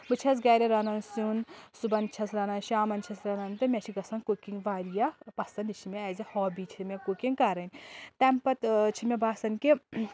بہٕ چھَس گرِ رَنان سِیُن صُبحن چھَس رَنان شامَن چھَس رَنان تہٕ مےٚ چھِ گژھان کُکِنٛگ واریاہ پَسنٛد یہِ چھِ مےٚ اَیٚز اے ہابِی چھِ مےٚ کُکِنٛگ کَرٕنۍ تَمہِ پَتہٕ چھِ مےٚ باسان کہِ